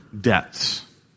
debts